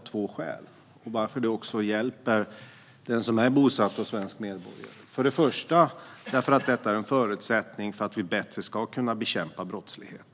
två skäl till att det också hjälper den som är bosatt i Sverige och svensk medborgare. För det första är detta en förutsättning för att vi bättre ska kunna bekämpa brottslighet.